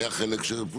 היה חלק שפוצל.